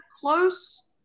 close